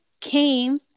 came